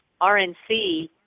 rnc